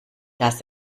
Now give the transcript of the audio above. das